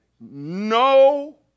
no